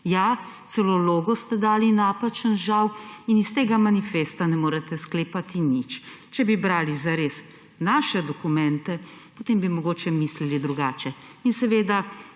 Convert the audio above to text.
Ja, celo logo ste dali napačen, žal, in iz tega manifesta ne morete sklepati nič. Če bi brali zares naše dokumente, potem bi mogoče mislili drugače. Seveda